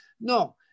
No